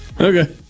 Okay